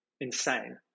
insane